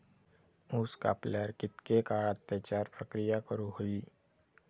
ऊस कापल्यार कितके काळात त्याच्यार प्रक्रिया करू होई?